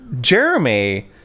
Jeremy